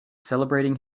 celebrating